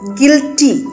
guilty